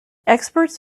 experts